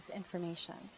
information